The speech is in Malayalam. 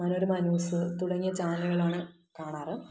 മനോരമ ന്യൂസ് തുടങ്ങിയ ചാനലുകളാണ് കാണാറുള്ളത്